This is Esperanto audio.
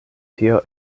tio